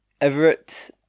Everett